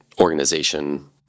organization